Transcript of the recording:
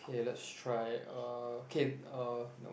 okay let's try uh okay uh nope